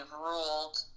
ruled